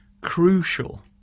crucial